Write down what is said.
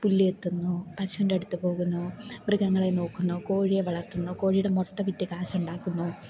പുല്ല് ചെത്തുന്നു പശുവിൻ്റെ അടുത്ത് പോകുന്നു മൃഗങ്ങളെ നോക്കുന്നു കോഴിയെ വളർത്തുന്നു കോഴിയുടെ മുട്ട വിറ്റ് കാശുണ്ടാക്കുന്നു